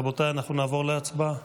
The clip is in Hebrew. רבותיי, נעבור להצבעה.